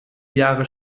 jahre